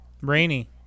Rainy